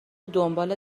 دنبال